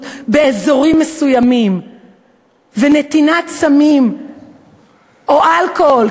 באזורים מסוימים ונתינת סמים או אלכוהול?